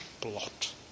blot